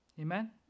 Amen